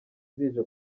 zije